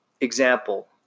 example